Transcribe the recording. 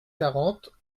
quarante